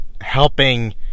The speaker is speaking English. helping